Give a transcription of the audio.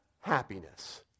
happiness